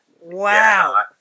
Wow